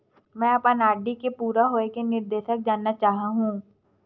मैं अपन आर.डी के पूरा होये के निर्देश जानना चाहहु